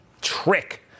trick